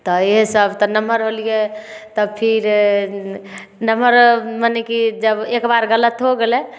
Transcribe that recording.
तऽ एहे सब तऽ नम्हर होलियै तब फिर नम्हर मने कि जब एक बार गलत हो गेलै